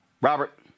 Robert